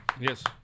Yes